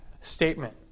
statement